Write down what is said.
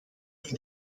het